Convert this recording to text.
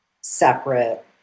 separate